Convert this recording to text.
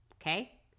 okay